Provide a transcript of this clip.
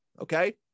Okay